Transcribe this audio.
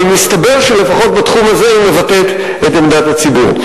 אבל מסתבר שלפחות בתחום הזה היא מבטאת את עמדת הציבור.